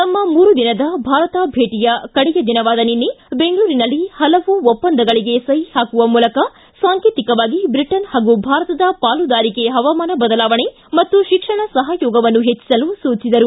ತಮ್ನ ಮೂರು ದಿನದ ಭಾರತದ ಭೇಟಿಯ ಕಡೆಯ ದಿನವಾದ ನಿನ್ನೆ ಬೆಂಗಳೂರಿನಲ್ಲಿ ಹಲವು ಒಪ್ಪಂದಗಳಗೆ ಸಹಿ ಹಾಕುವ ಮೂಲಕ ಸಾಂಕೇತಿಕವಾಗಿ ಬ್ರಿಟನ್ ಹಾಗು ಭಾರತದ ಪಾಲುದಾರಿಕೆ ಹವಾಮಾನ ಬದಲಾವಣೆ ಮತ್ತು ಶಿಕ್ಷಣ ಸಹಯೋಗವನ್ನು ಹೆಚ್ಚಿಸಲು ಸೂಚಿಸಿದರು